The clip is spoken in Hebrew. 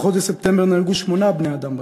בחודש ספטמבר נהרגו שמונה בני-אדם בדרכים,